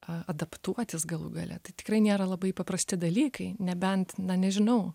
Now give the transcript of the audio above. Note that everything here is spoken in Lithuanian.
a adaptuotis galų gale tai tikrai nėra labai paprasti dalykai nebent na nežinau